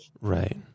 Right